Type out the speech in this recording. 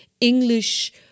English